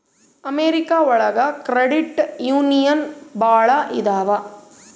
America ಒಳಗ credit union ಭಾಳ ಇದಾವ